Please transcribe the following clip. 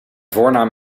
voornaam